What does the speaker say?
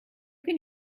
can